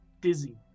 dizzy